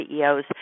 CEOs